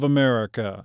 America